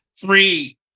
three